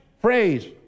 phrase